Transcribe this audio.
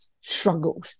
struggles